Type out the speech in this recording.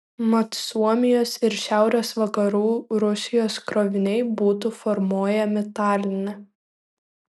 mat suomijos ir šiaurės vakarų rusijos kroviniai būtų formuojami taline